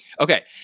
Okay